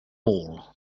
all